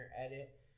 edit